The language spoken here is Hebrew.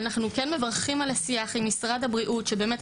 אנחנו כן מברכים על השיח עם משרד הבריאות שבאמת,